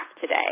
today